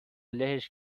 لهش